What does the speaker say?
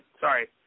Sorry